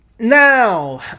Now